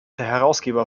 herausgeber